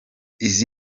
izi